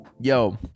yo